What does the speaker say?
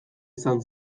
izan